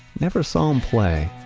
never saw him play,